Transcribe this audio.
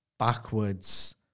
backwards